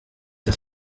das